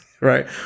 right